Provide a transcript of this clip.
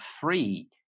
free